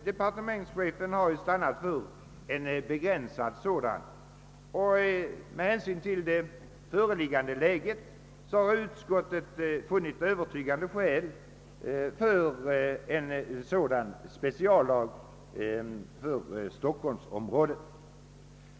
Departementschefen har stannat för en begränsad sådan lag, och - med . hänsyn till det föreliggande läget har utskottet funnit övertygande skäl för en sådan speciallag för stockholmsområdet.